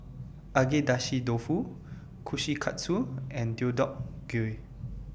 Agedashi Dofu Kushikatsu and Deodeok Gui